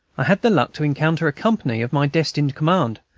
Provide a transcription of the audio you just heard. i had the luck to encounter a company of my destined command,